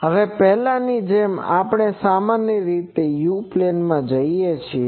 હવે પહેલાની જેમ આપણે સામાન્ય રીતે U પ્લેનમાં જઇએ છીએ